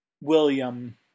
William